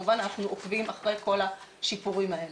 כמובן אנחנו עוקבים אחרי כל השיפורים האלה,